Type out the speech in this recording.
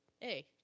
Hey